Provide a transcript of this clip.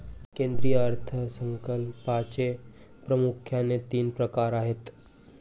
केंद्रीय अर्थ संकल्पाचे प्रामुख्याने तीन प्रकार असतात